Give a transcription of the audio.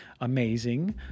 amazing